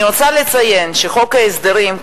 אני רוצה לציין שחוק ההסדרים,